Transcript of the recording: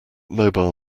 mobile